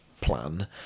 plan